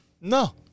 no